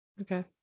Okay